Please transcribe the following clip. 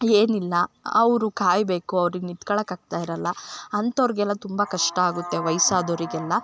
ಏನಿಲ್ಲ ಅವರು ಕಾಯಬೇಕು ಅವ್ರಿಗೆ ನಿಂತ್ಕೊಳ್ಳಕಾಗ್ತಾಯಿರಲ್ಲ ಅಂಥೊವ್ರಿಗೆಲ್ಲ ತುಂಬ ಕಷ್ಟ ಆಗುತ್ತೆ ವಯಸ್ಸಾದೋರಿಗೆಲ್ಲ